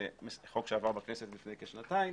זה חוק שעבר בכנסת לפני כשנתיים